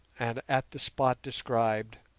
and at the spot described.